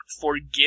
forgive